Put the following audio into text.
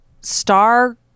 star